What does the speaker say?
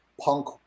punk